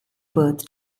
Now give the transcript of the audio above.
birth